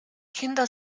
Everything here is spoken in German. kinder